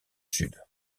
sud